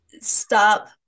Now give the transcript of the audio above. stop